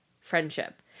friendship